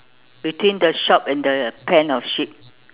between the shop and the pen of sheep